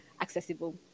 accessible